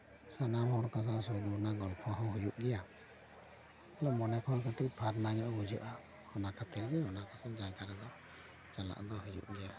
ᱥᱟᱱᱟᱢ ᱦᱚᱲ ᱛᱟᱞᱟ ᱥᱚᱵᱽ ᱞᱮᱠᱟᱱ ᱜᱚᱞᱯᱷᱚ ᱦᱚᱸ ᱦᱩᱭᱩᱜ ᱜᱮᱭᱟ ᱢᱚᱱᱮ ᱠᱚᱦᱚᱸ ᱠᱟᱹᱴᱤᱡ ᱯᱷᱟᱨᱱᱟ ᱧᱚᱜ ᱵᱩᱡᱟᱹᱜᱼᱟ ᱚᱱᱟ ᱠᱷᱟᱹᱛᱤᱨ ᱜᱮ ᱚᱱᱟ ᱠᱚᱨᱮᱱᱟᱜ ᱡᱟᱭᱜᱟ ᱨᱮᱫᱚ ᱪᱟᱞᱟᱜ ᱫᱚ ᱦᱩᱭᱩᱜ ᱜᱮᱭᱟ